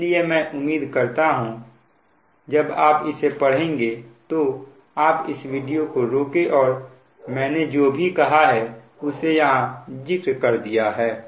इसलिए मैं उम्मीद करता हूं जब आप इसे पढ़ेंगे तो आप इस वीडियो को रोके और मैंने जो भी कहा है उसे यहां जिक्र कर दिया है